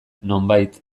nonbait